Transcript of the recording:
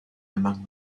among